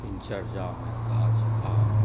दिनचर्यामे काज आ